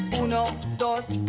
uno, dos,